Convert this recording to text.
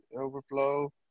Overflow